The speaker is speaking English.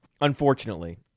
unfortunately